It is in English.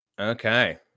Okay